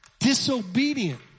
Disobedient